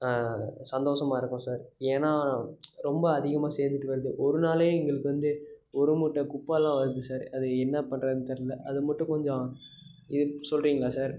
சந்தோஷமா இருக்கும் சார் ஏன்னா ரொம்ப அதிகமாக சேர்ந்துட்டு வருது ஒரு நாளே எங்களுக்கு வந்து ஒரு மூட்டை குப்பைல்லாம் வருது சார் அது என்ன பண்ணுறதுன்னு தெர்லை அது மட்டும் கொஞ்சம் இது சொல்கிறீங்களா சார்